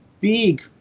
big